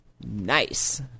Nice